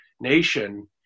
nation